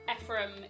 Ephraim